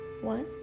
one